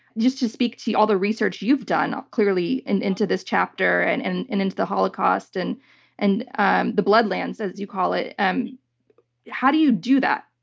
just to speak to all the research you've done, um clearly, and into this chapter and and and into the holocaust and and and the bloodlands, as you call it. um how do you do that?